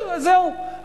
אז זהו,